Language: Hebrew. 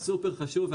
זה סופר חשוב,